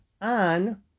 on